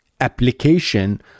application